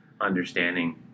understanding